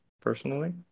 personally